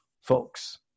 folks